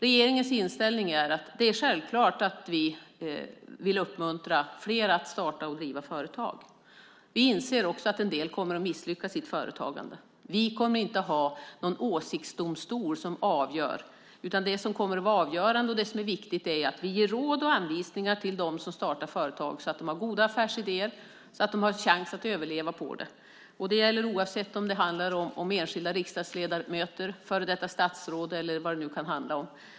Regeringens inställning är att det är självklart att vi vill uppmuntra fler att starta och driva företag. Vi inser också att en del kommer att misslyckas i sitt företagande. Vi kommer inte att ha någon åsiktsdomstol som avgör, utan det som kommer att vara avgörande och det som är viktigt är att vi ger råd och anvisningar till dem som startar företag så att de har goda affärsidéer och chans att överleva på det. Det gäller oavsett om det handlar om enskilda riksdagsledamöter, före detta statsråd eller vilka det nu kan handla om.